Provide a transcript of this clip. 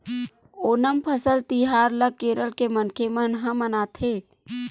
ओनम फसल तिहार ल केरल के मनखे मन ह मनाथे